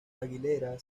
aguilera